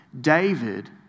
David